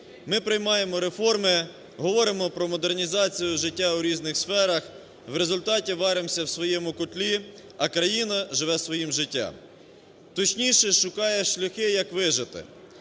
Ми приймаємо реформи, говоримо про модернізацію життя в різних сферах, в результаті варимося в своєму котлі. А країна живе своїм життям, точніше, шукає шляхи як вижити.